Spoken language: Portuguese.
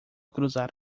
cruzar